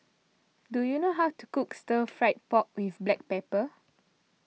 do you know how to cook Stir Fried Pork with Black Pepper